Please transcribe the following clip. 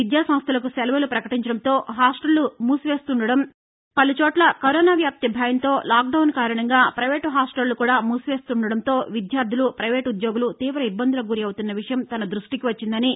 విద్యాసంస్థలకు సెలవులు పకటించడంతో హాస్లళ్లు మూసేస్తుండటం పలుచోట్ల కరోనా వ్యాప్తి భయంతో లాక్డౌన్ కారణంగా పైవేటు హాస్టళ్లు కూడా మూసివేస్తుండటంతో విద్యార్దులు పైవేటు ఉద్యోగస్తులు తీవ ఇబ్బందులకు గురపుతున్న విషయం తన ధృష్టికి వచ్చిందని